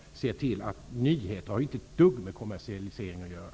Nyheter har inte ett dugg med kommersialisering att göra.